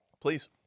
Please